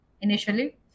initially